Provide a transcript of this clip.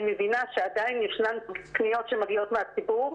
אני מבינה שעדיין ישנן פניות שמגיעות מהציבור,